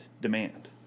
demand